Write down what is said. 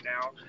now